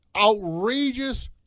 outrageous